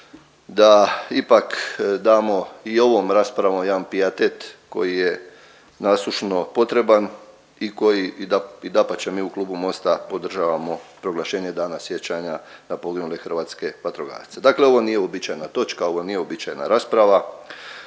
da ipak damo i ovom raspravom jedan pijatet koji je nasušno potreban i koji i da dapače mi u Klubu Mosta podržavamo proglašenje Dana sjećanja na poginule hrvatske vatrogasce. Dakle ovo nije uobičajena točka, ovo nije uobičajena rasprava,